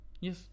Yes